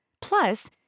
Plus